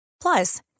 Plus